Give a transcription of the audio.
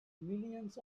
millions